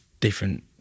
Different